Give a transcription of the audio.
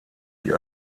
die